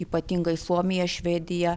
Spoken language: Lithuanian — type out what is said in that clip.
ypatingai suomija švedija